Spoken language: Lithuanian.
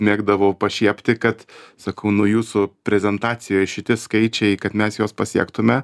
mėgdavau pašiepti kad sakau nu jūsų prezentacijoj šiti skaičiai kad mes juos pasiektume